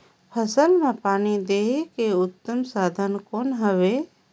फसल मां पानी देहे के उत्तम साधन कौन हवे?